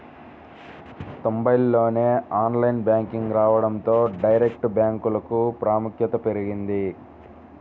తొంబైల్లోనే online banking రావడంతో direct బ్యాంకులకు ప్రాముఖ్యత పెరిగింది